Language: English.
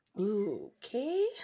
Okay